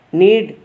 need